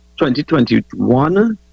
2021